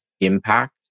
impact